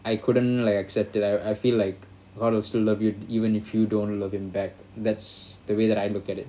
I couldn't like accept it I I feel like all those who love you even if you don't love them back that's the way that I look at it